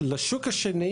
לשוק השני,